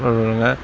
போடுவாங்க